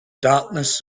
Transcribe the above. darkness